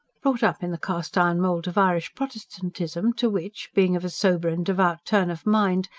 brought up in the cast-iron mould of irish protestantism, to which, being of a sober and devout turn of mind,